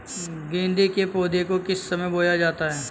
गेंदे के पौधे को किस समय बोया जाता है?